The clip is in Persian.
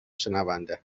شنونده